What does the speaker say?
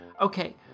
Okay